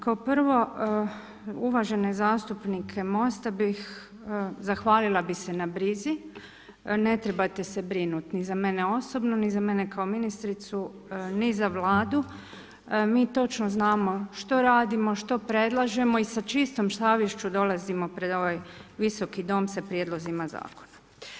Kao prvo, uvažene zastupnike MOST-a bih, zahvalila bi se na brizi, ne trebate se brinuti ni sa mene osobno ni za mene kao ministricu ni za Vladu, mi točno znamo što radimo, što predlažemo i sa čistom savješću pred ovaj Visoki dom sa prijedlozima zakona.